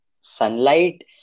sunlight